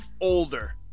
older